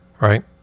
right